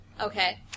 Okay